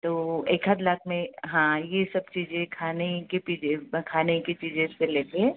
तो एक आध लाख में हाँ ये सब चीज़ें खाने के पीजे खाने की चीजें से लेकर